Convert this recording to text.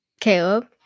Caleb